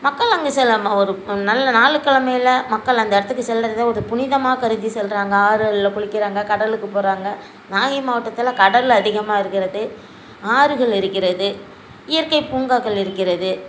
மக்கள் அங்க செல்ல மா ஒரு நல்ல நாள் கிழமையில மக்கள் அந்த இடத்துக்கு செல்வதே ஒரு புனிதமாக கருதி செல்றாங்க ஆறுகளில் குளிக்கிறாங்க கடலுக்கு போகிறாங்க நாகை மாவட்டத்தில் கடல் அதிகமாக இருக்கிறது ஆறுகள் இருக்கிறது இயற்கை பூங்காக்கள் இருக்கிறது